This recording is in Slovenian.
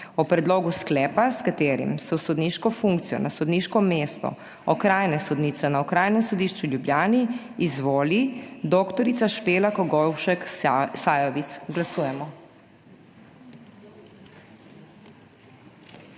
o predlogu sklepa, s katerim se v sodniško funkcijo na sodniško mesto okrajne sodnice na Okrajnem sodišču v Ljubljani izvoli dr. Špela Kogovšek Sajovic. Glasujemo.